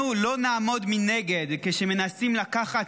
אנחנו לא נעמוד מנגד כשמנסים לקחת